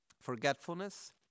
forgetfulness